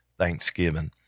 Thanksgiving